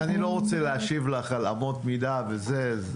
אני לא רוצה להשיב לך על אמות מידה וזה.